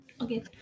Okay